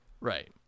Right